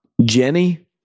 Jenny